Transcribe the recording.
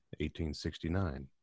1869